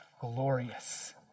glorious